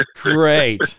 Great